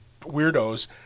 weirdos